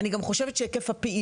אני גם חושבת שיש ללמוד מהיקף הפעילות